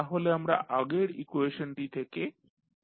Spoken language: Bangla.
তাহলে আমরা আগের ইকুয়েশনটি থেকে এই ইকুয়েশনটি পেলাম